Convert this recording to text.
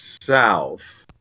south